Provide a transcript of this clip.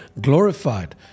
glorified